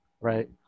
right